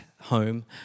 home